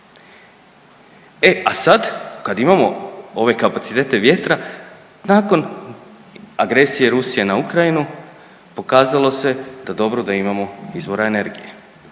E a sad kad imamo ove kapacitete vjetra nakon agresije Rusije na Ukrajinu pokazalo se da dobro da imamo izvora energije.